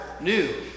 new